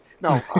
No